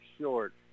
short